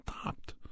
stopped